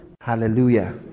hallelujah